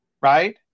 right